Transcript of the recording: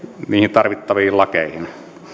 tarvittaviin lakeihin